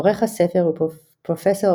עורך הספר הוא Prof.